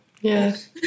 Yes